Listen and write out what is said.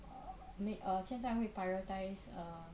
uh 没 err 现在会 prioritize err